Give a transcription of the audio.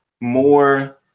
more